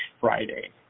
Friday